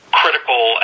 critical